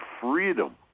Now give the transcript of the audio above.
freedom